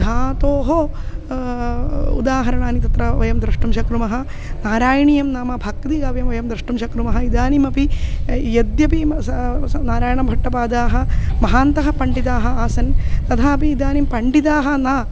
धातोः उदाहरणानि तत्र वयं द्रष्टुं शक्नुमः नारायणीयं नाम भाक्तिकाव्यं वयं द्रष्टुं शक्नुमः इदानीमपि यद्यपि म सा स नारायणभट्टपादाः महान्तः पण्डिताः आसन् तथापि इदानीं पण्डिताः न